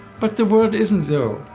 but the world isn't though.